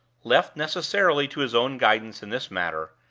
left necessarily to his own guidance in this matter,